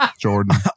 Jordan